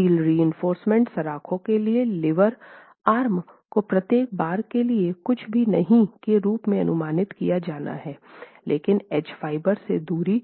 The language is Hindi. स्टील रिइंफोर्समेन्ट सलाखों के लिए लीवर आर्म को प्रत्येक बार के लिए कुछ भी नहीं के रूप में अनुमानित किया जाना है लेकिन एज फाइबर से दूरी